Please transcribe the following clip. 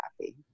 happy